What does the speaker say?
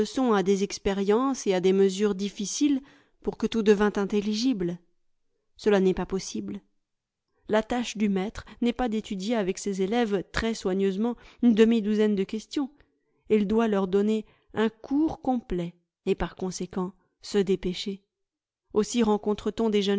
à des expériences et à des mesures difficiles pour que tout devînt intelligible cela n'est pas possible la tâche du maître n'est pas d'étudier avec ses élèves très soigneusement une demi-douzaine de questions il doit leur donner un cours complet et par conséquent se dépêcher aussi